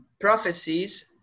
prophecies